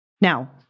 Now